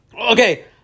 Okay